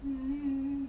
mm